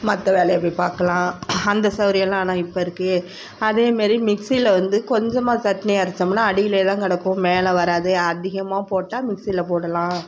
மற்ற வேலையை போய் பார்க்கலாம் அந்த சௌகரியொல்லாம் ஆனால் இப்போ இருக்குது அதேமாரி மிக்சியில் வந்து கொஞ்சமாக சட்னி அரைச்சம்னா அடியிலயே தான் கிடக்கும் மேலே வராது அதிகமாக போட்டால் மிக்சியில் போடலாம்